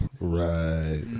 Right